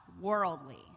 worldly